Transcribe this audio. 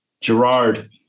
gerard